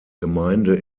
gemeinde